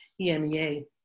EMEA